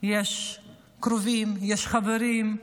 יש קרובים, יש חברים,